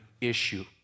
issue